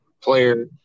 player